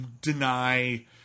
deny